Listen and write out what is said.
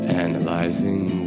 analyzing